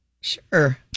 Sure